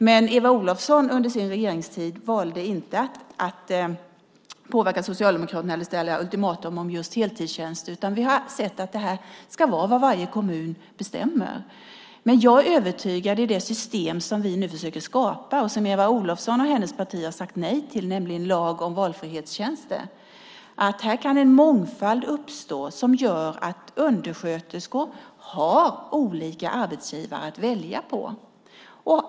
Men Eva Olofsson valde under Socialdemokraternas regeringstid inte att påverka eller ställa ultimatum om just heltidstjänster, utan vi har sett att detta ska vara vad varje kommun bestämmer. I det system vi nu försöker skapa och som Eva Olofsson och hennes parti har sagt nej till, nämligen lag om valfrihetstjänster, är jag övertygad om att här kan en mångfald uppstå som gör att undersköterskor har olika arbetsgivare att välja mellan.